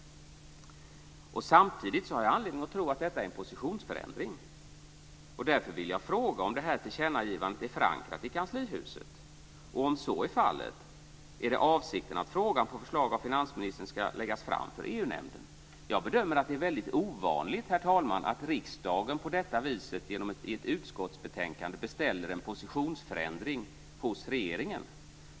Samtidigt har jag anledning att tro att detta är en positionsförändring. Därför vill jag fråga om detta tillkännagivande är förankrat i kanslihuset. Om så är fallet, är avsikten att frågan på förslag av finansministern ska läggas fram för EU-nämnden? Jag bedömer att det är väldigt ovanligt, herr talman, att riksdagen på det här viset i ett utskottsbetänkande beställer en positionsförändring hos regeringen.